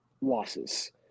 losses